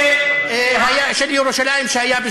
שבסיסו סיום הכיבוש של ירושלים, שהיה ב-67'.